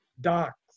docs